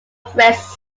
fritz